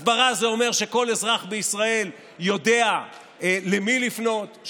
הסברה זה אומר שכל אזרח בישראל יודע למי לפנות,